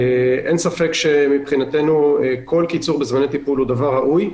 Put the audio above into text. אין ספק שמבחינתנו כל קיצור בזמני טיפול הוא דבר ראוי.